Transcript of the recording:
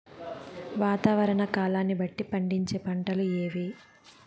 వాతావరణ కాలాన్ని బట్టి పండించే పంటలు ఏవి?